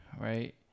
Right